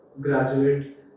graduate